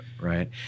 right